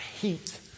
heat